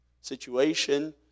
situation